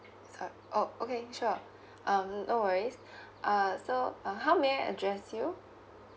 uh orh okay sure um no worries uh so uh how may I address you